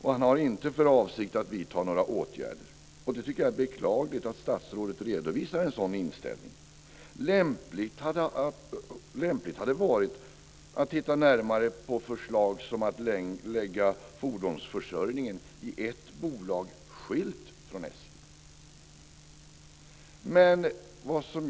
Han har inte för avsikt att vidta några åtgärder. Jag tycker att det är beklagligt att statsrådet redovisar en sådan inställning. Lämpligt hade varit att titta närmare på förslag som att lägga fordonsförsörjningen i ett bolag, skilt från SJ.